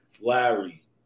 Larry